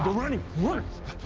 but running. run.